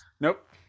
Nope